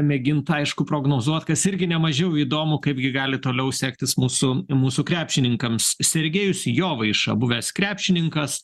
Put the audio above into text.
mėgint aišku prognozuot kas irgi nemažiau įdomu kaipgi gali toliau sektis mūsų mūsų krepšininkams sergejus jovaiša buvęs krepšininkas